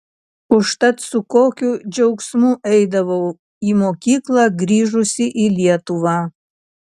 užtat su kokiu džiaugsmu eidavau į mokyklą grįžusi į lietuvą